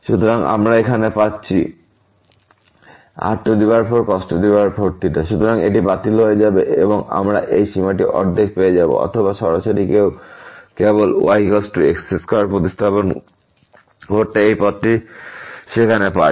সুতরাং এটি বাতিল হয়ে যাবে এবং আমরা এই সীমাটি অর্ধেক পেয়ে যাব অথবা সরাসরি কেউ কেবল y x2 প্রতিস্থাপন করতে এই পথটি গ্রহণ করে সেখানেপারে